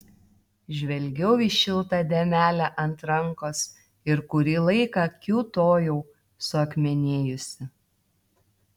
žvelgiau į šiltą dėmelę ant rankos ir kurį laiką kiūtojau suakmenėjusi